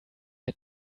had